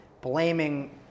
blaming